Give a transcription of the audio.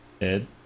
Ed